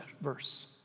verse